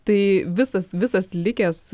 tai visas visas likęs